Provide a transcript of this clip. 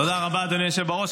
תודה רבה, אדוני היושב בראש.